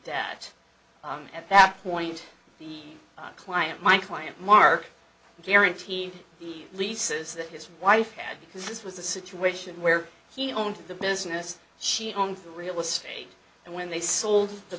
and at that point the client my client mark guaranteed the leases that his wife had because this was a situation where he owned the business she owned the real estate and when they sold the